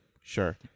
Sure